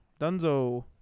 Dunzo